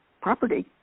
property